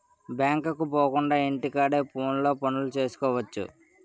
బ్యాంకుకు పోకుండా ఇంటి కాడే ఫోనులో పనులు సేసుకువచ్చు